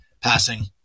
passing